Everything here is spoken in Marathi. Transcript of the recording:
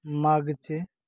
मागचे